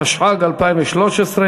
התשע"ג 2013,